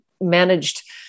managed